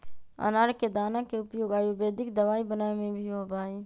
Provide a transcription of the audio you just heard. अनार के दाना के उपयोग आयुर्वेदिक दवाई बनावे में भी होबा हई